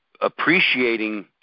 appreciating